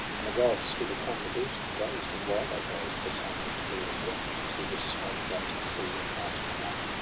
and the gods stood upon the beach, and gazed. and while they gazed, the sun went lurid down into the smoke-wrapt sea, and night came on.